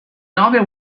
alvin